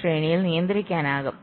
ശ്രേണിയിൽ നിയന്ത്രിക്കാനാകും